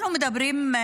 אנחנו מדברים,